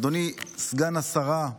אדוני סגן השרה,